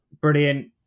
Brilliant